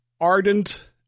ardent